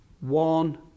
one